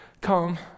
come